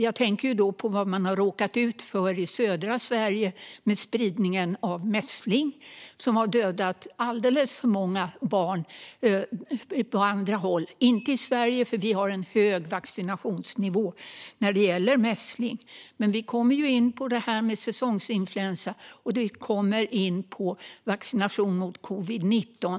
Jag tänker då på vad man har råkat ut för i södra Sverige med spridningen av mässling. Det är en sjukdom som har dödat många barn på andra håll, men inte i Sverige för vi har en hög vaccinationsnivå när det gäller mässling. Vi kommer i våra motioner in på säsongsinfluensa och på vaccination mot covid-19.